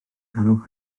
galw